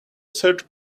search